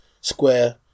square